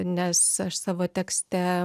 nes aš savo tekste